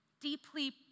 deeply